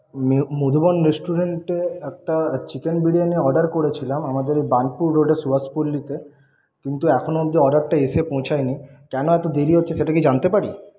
মধুবন রেষ্টুরেন্টে একটা chicken biryani order করেছিলাম আমাদের বার্নপুর রোডের সুভাষ পল্লিতে কিন্তু এখনও অব্দি অর্ডারটা এসে পৌঁছায়নি কেনো এত দেরি হচ্ছে সেটা কি জানতে পারি